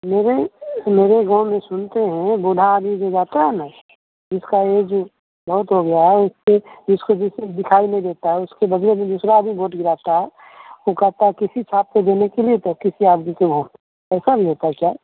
मेरे मेरे गाँव में सुनते हैं बूढ़ा आदमी जो जाता है न उसका वो जो वोट हो गया उसको उसको जैसे दिखाई नहीं देता उसके बदले में दूसरा आदमी वोट गिराता है वो कहता है किसी छाप पर देने के लिए किसी और पर दे देता है ऐसा भी होता है क्या